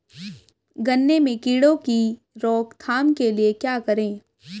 गन्ने में कीड़ों की रोक थाम के लिये क्या करें?